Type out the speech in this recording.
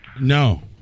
No